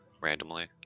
randomly